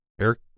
Eric